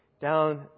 down